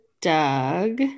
Doug